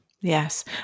Yes